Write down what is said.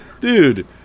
Dude